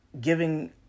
giving